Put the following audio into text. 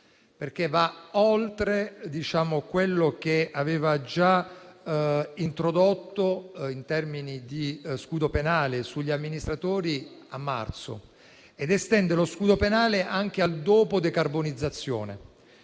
perché va oltre quello che aveva già introdotto in termini di scudo penale sugli amministratori a marzo, ed estende lo scudo penale anche al dopo decarbonizzazione.